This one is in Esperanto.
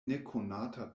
nekonata